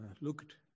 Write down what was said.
looked